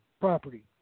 property